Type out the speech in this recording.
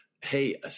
Hey